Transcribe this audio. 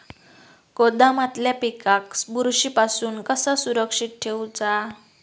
गोदामातल्या पिकाक बुरशी पासून कसा सुरक्षित ठेऊचा?